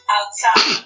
Outside